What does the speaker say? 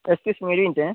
excuse me ഒരു മിനിറ്റേ